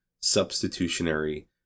substitutionary